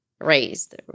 raised